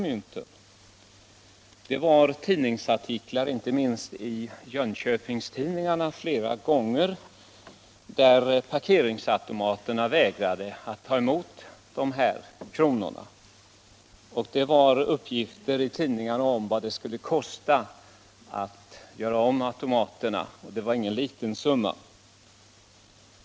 Det har förekommit flera tidningsartiklar, bl.a. från Jönköping, med uppgifter om att parkeringsautomaterna inte tagit emot de nya kronorna, och det har också redovisats siffror på vad det skulle kosta att göra om automaterna, så att de skulle passa för de nya mynten, och det var ingen liten summa.